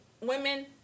Women